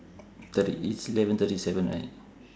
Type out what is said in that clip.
thirty it's eleven thirty seven right